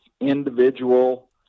individual